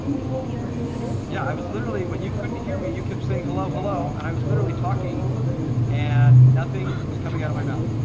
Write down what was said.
you think you were muted? yeah, i was literally. when you couldn't hear me. you kept saying hello hello, and i was literally talking and. nothing was coming out of my mouth!